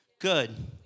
Good